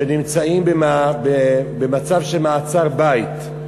שנמצאים במצב של מעצר-בית.